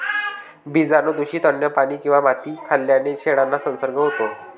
बीजाणूंनी दूषित अन्न, पाणी किंवा माती खाल्ल्याने शेळ्यांना संसर्ग होतो